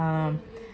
um